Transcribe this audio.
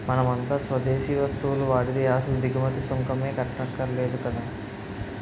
మనమంతా స్వదేశీ వస్తువులు వాడితే అసలు దిగుమతి సుంకమే కట్టక్కర్లేదు కదా